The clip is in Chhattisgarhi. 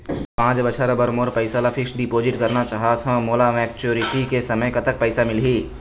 पांच बछर बर मोर पैसा ला फिक्स डिपोजिट चाहत हंव, मोला मैच्योरिटी के समय कतेक पैसा मिल ही?